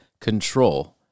control